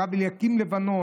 הרב אליקים לבנון,